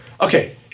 okay